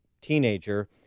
teenager